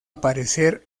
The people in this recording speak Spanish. aparecer